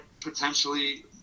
potentially